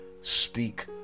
speak